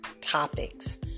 topics